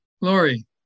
Lori